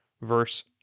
verse